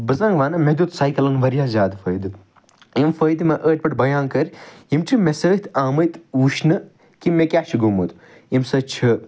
بہٕ زَن وَنہٕ مےٚ دیٛوت سایکَلَن واریاہ زیادٕ فٲیدٕ یِم فٲیدٕ مےٚ ٲدِ پٮ۪ٹھ بیان کٔرۍ یِم چھِ مےٚ سۭتۍ آمٕتۍ وُچھنہٕ کہِ مےٚ کیٛاہ چھُ گوٚمُت ییٚمہِ سۭتۍ چھُ